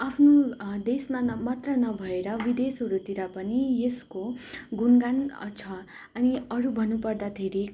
आफ्नो देशमा न मात्र नभएर विदेशहरूतिर पनि यसको गुन गान छ अनि अरू भन्नु पर्दाखेरि